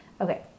Okay